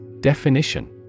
Definition